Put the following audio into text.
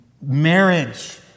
Marriage